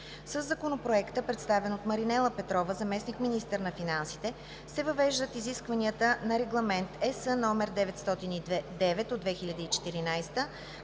Със Законопроекта, представен от Маринела Петрова – заместник-министър на финансите, се въвеждат изискванията на Регламент (ЕС) № 909/2014 на